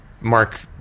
Mark